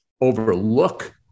overlook